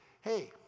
Hey